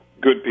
Good